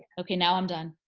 okay, now i'm done,